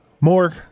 more